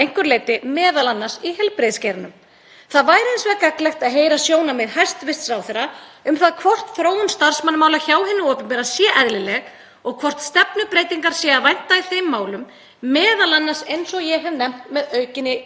og hvort stefnubreytingar sé að vænta í þeim málum, m.a., eins og ég hef nefnt, með aukinni útvistun.